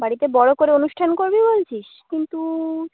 বাড়িতে বড় করে অনুষ্ঠান করবি বলছিস কিন্তু